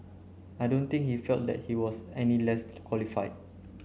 I don't think he felt that he was any qualified